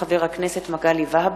מאת חברי הכנסת מיכאל בן-ארי,